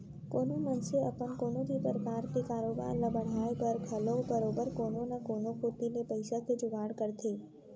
कोनो मनसे अपन कोनो भी परकार के कारोबार ल बढ़ाय बर घलौ बरोबर कोनो न कोनो कोती ले पइसा के जुगाड़ करथे